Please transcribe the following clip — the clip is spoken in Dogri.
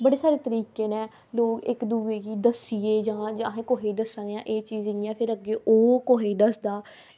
बड़े सारे तरीके न लोक इक्क दूए गी दस्सियै जां असें कुसै गी दस्सना की एह् चीज़ इंया फिर अग्गें ओह् कुसै गी दसदा